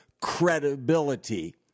credibility